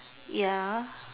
ya